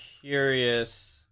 curious